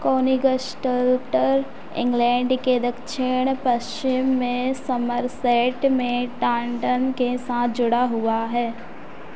Königslutter England के दक्षिण पश्चिम में समरसेट में टॉनटन के साथ जुड़ा हुआ है